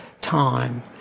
time